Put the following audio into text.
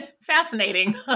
Fascinating